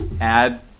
add